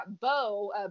Bo